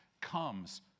comes